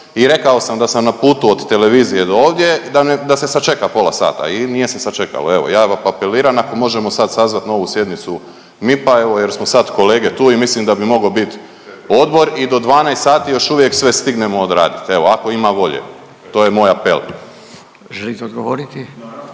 i rekao sam da sam na putu od televizije do ovdje da se sačeka pola sata i nije se sačekalo, evo ja apeliram ako možemo sad sazvat novu sjednicu MIP-a evo jer smo sad kolege tu i mislim da bi mogo bit odbor i do 12 sati još uvijek sve stignemo odradit evo ako ima volje, to je moj apel. **Radin,